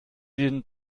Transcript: den